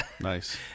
Nice